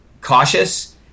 cautious